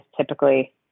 typically